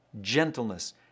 gentleness